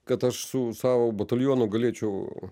kad aš su savo batalionu galėčiau